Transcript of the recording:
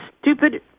stupid